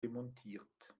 demontiert